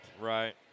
Right